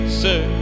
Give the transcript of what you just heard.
sir